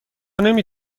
نمی